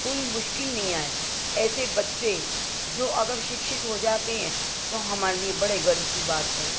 कोई मुश्किल नहीं आए ऐसे बच्चे जो अगर शिक्षित हो जाते हैं तो हमारे लिए बड़े गर्व की बात है